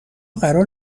قرار